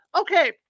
okay